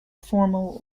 formal